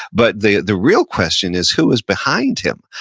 but the the real question is, who was behind him?